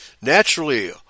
Naturally